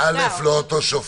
ראשית, זה לא אותו שופט.